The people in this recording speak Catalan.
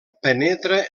penetra